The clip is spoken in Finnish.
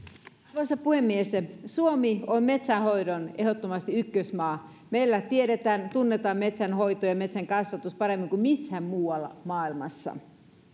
arvoisa puhemies suomi on ehdottomasti metsänhoidon ykkösmaa meillä tiedetään ja tunnetaan metsänhoito ja metsänkasvatus paremmin kuin missään muualla maailmassa